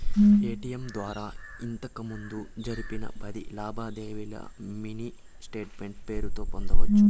ATM ద్వారా ఇంతకిముందు జరిపిన పది లావాదేవీల్లో మినీ స్టేట్మెంటు పేరుతో పొందొచ్చు